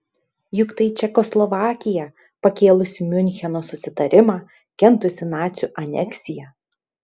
juk tai čekoslovakija pakėlusi miuncheno susitarimą kentusi nacių aneksiją